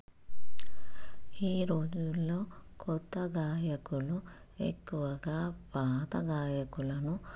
ఈరోజుల్లో కొత్త గాయకులు ఎక్కువగా పాతగాయకులను